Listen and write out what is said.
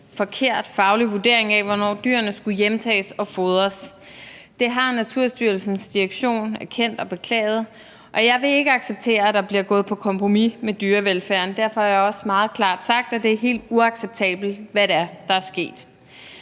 forkert faglig vurdering af, hvornår dyrene skulle hjemtages og fodres. Det har Naturstyrelsens direktion erkendt og beklaget. Jeg vil ikke acceptere, at der bliver gået på kompromis med dyrevelfærden, og derfor har jeg også meget klart sagt, at det er helt uacceptabelt, hvad det er, der